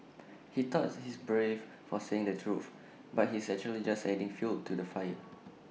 he thought he's brave for saying the truth but he's actually just adding fuel to the fire